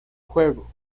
juego